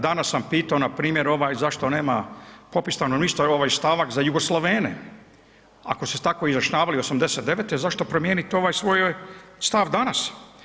Danas sam pitao npr. ovaj zašto nema popis stanovništva ovaj stavak za Jugoslavene ako su se tako izjašnjavali '89. zašto promijeniti ovaj svoj stav danas.